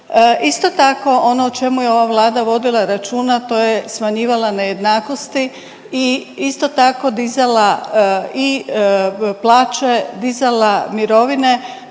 Isto tako ono o čemu je ova Vlada vodila računa, to je smanjivala nejednakosti i isto tako dizala i plaće, dizala mirovine